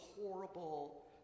horrible